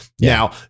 Now